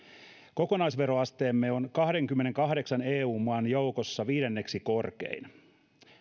kokonaisveroasteemme on kahdenkymmenenkahdeksan eu maan joukossa viidenneksi korkein